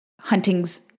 hunting's